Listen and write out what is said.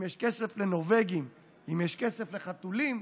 אם יש כסף לנורבגים, אם יש כסף לחתולים,